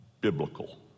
biblical